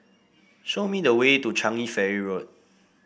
show me the way to Changi Ferry Road